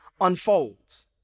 unfolds